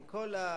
עם כל,